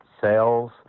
sales